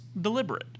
deliberate